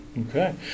Okay